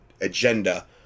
agenda